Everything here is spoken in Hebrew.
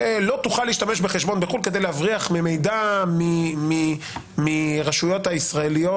שלא תוכל להשתמש בחשבון בחו"ל כדי להבריח מידע מהרשויות הישראליות.